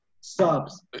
subs